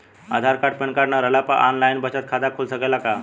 आधार card pan card न रहला पर आन लाइन बचत खाता खुल सकेला का?